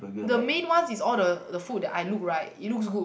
the main ones is all the the food that I look right it looks good